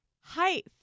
Height